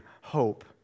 hope